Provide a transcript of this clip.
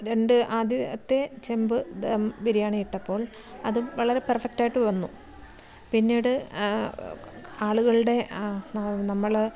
രണ്ട് ആദ്യത്തെ ചെമ്പ് ദം ബിരിയാണി ഇട്ടപ്പോൾ അത് വളരെ പെർഫെക്റ്റായിട്ട് വന്നു പിന്നീട് ആളുകളുടെ നമ്മൾ